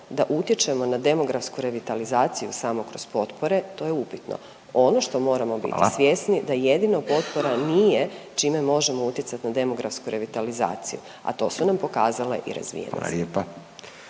da utječemo na demografsku revitalizaciju samo kroz potpore, to je upitno. Ono što moramo biti … .../Upadica: Hvala./... svjesni, da jedino potpora nije čime možemo utjecati na demografsku revitalizaciju, a to su nam pokazale i razvijene